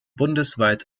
bundesweit